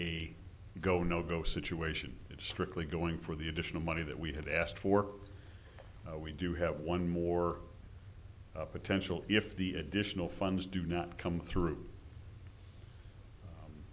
go no go situation it's strictly going for the additional money that we have asked for we do have one more potential if the additional funds do not come through